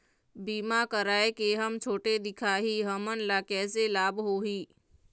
बीमा कराए के हम छोटे दिखाही हमन ला कैसे लाभ होही?